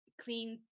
Clean